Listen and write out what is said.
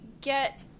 get